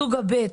סוג ב'.